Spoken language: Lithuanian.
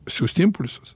siųsti impulsus